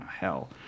hell